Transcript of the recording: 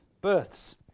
births